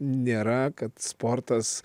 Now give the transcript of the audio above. nėra kad sportas